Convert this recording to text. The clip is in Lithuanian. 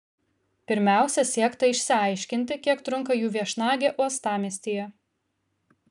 pirmiausia siekta išsiaiškinti kiek trunka jų viešnagė uostamiestyje